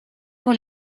pour